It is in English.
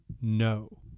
no